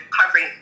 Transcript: covering